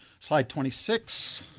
slide twenty six,